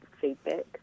feedback